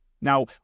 Now